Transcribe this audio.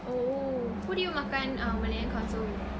oh who did you makan ah malayan council with